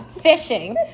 fishing